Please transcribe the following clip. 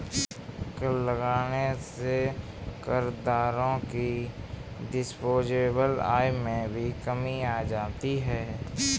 कर लगने से करदाताओं की डिस्पोजेबल आय में भी कमी आ जाती है